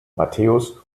matthäus